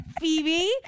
Phoebe